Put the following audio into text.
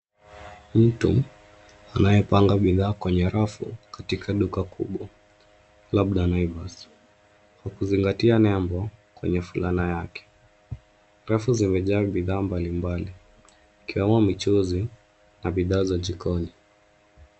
Mtu anayepanga bidhaa kwenye rafu katika duka kubwa, labda Naivas kwa kuzingatia nembo kwenye fulana yake. Rafu zimejaa bidhaa mbalimbali ikiwemo michuzi na bidhaa za jikoni.